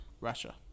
Russia